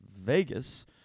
Vegas